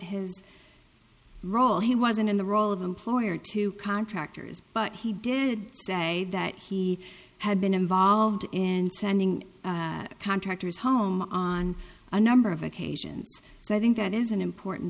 his role he wasn't in the role of employer to contractors but he did say that he had been involved in sending contractors home on a number of occasions so i think that is an important